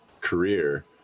career